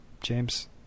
James